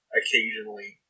occasionally